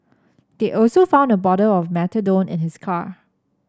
they also found a bottle of methadone in his car